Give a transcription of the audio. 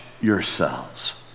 yourselves